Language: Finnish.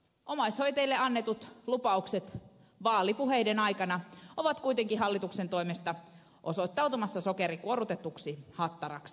omaishoitajille annetut lupaukset vaalipuheiden aikana ovat kuitenkin hallituksen toimesta osoittautumassa sokerikuorrutetuksi hattaraksi